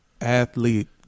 athlete